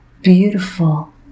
beautiful